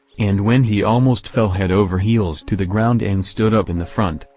and when he almost fell head over heels to the ground and stood up in the front,